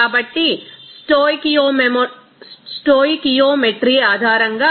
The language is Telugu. కాబట్టి ఈ స్టోయికియోమెట్రీ ఆధారంగా వస్తోంది